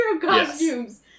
costumes